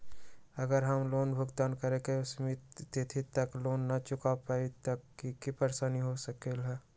अगर हम लोन भुगतान करे के सिमित तिथि तक लोन न चुका पईली त की की परेशानी हो सकलई ह?